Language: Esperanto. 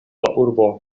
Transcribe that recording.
urbo